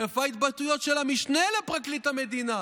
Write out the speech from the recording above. איפה ההתבטאויות של המשנה לפרקליט המדינה?